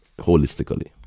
holistically